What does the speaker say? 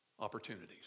Opportunities